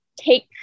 take